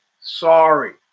Sorry